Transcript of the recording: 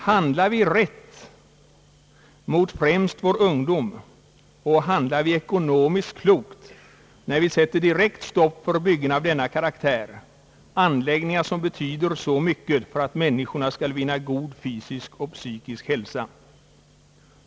Handlar vi rätt mot främst vår ungdom och handlar vi ekonomiskt klokt, när vi sätter direkt stopp för byggen av denna karaktär; anläggningar som betyder så mycket för att människorna skall vinna god psykisk och fysisk hälsa?